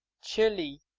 chilly.